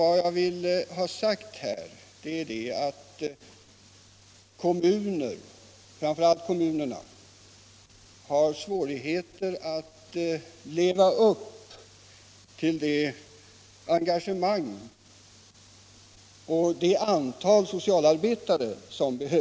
Men jag vill ha sagt att kommunerna har svårt att leva upp till det engagemang som många har när det gäller antalet socialarbetare.